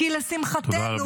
-- כי לשמחתנו,